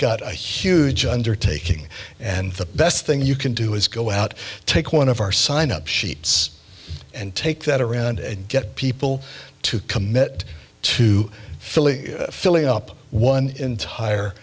got a huge undertaking and the best thing you can do is go out take one of our sign up sheets and take that around and get people to commit to fully filling up one entire